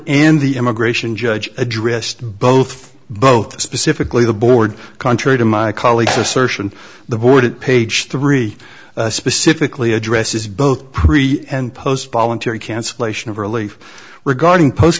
and the immigration judge addressed both both specifically the board contrary to my colleague's assertion the board at page three specifically addresses both pre and post voluntary cancellation of relief regarding post